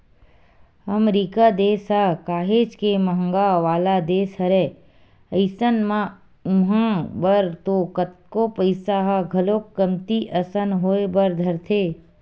अमरीका देस ह काहेच के महंगा वाला देस हरय अइसन म उहाँ बर तो कतको पइसा ह घलोक कमती असन होय बर धरथे